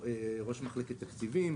ראש מחלק תקציבים,